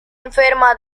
enferma